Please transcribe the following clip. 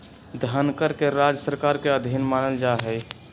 धनकर के राज्य सरकार के अधीन मानल जा हई